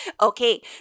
Okay